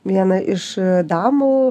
vieną iš damų